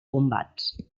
combats